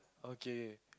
okay